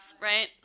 right